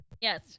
Yes